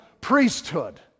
priesthood